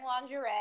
lingerie